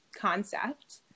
concept